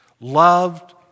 loved